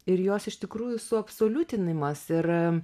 ir jos iš tikrųjų suabsoliutinimas ir